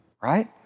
right